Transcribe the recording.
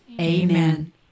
Amen